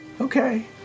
Okay